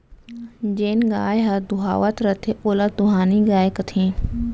जेन गाय ह दुहावत रथे ओला दुहानी गाय कथें